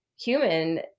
human